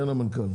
כן, המנכ"ל.